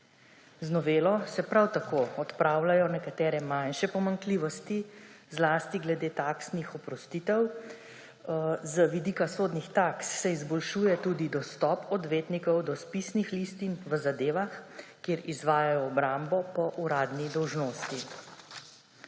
Z novelo se prav tako odpravljajo nekatere manjše pomanjkljivosti zlasti glede taksnih oprostitev. Z vidika sodnih taks se izboljšuje tudi dostop odvetnikov do spisnih listin v zadevah, kjer izvajajo obrambo po uradni dolžnosti.